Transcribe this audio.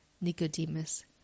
Nicodemus